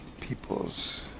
people's